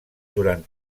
durant